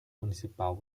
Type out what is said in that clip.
municipal